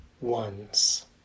ones